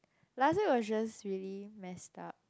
last year was just really messed up